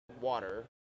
water